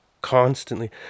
constantly